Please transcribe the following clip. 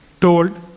told